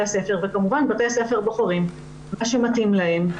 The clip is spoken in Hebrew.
הספר וכמובן בתי הספר בוחרים מה שמתאים להם.